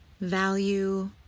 value